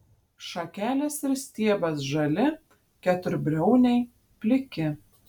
šakelės ir stiebas žali keturbriauniai pliki